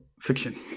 fiction